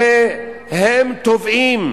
הרי הם תובעים